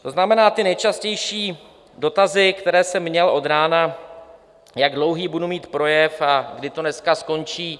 To znamená, ty nejčastější dotazy, které jsem měl od rána, jak dlouhý budu mít projev a kdy to dneska skončí?